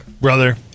brother